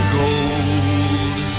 gold